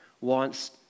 wants